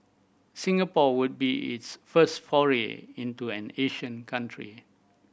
Singapore would be its first foray into an Asian country